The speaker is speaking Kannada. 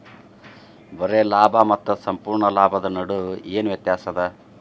ಬರೆ ಲಾಭಾ ಮತ್ತ ಸಂಪೂರ್ಣ ಲಾಭದ್ ನಡು ಏನ್ ವ್ಯತ್ಯಾಸದ?